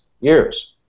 Years